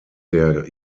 der